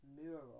mural